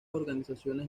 organizaciones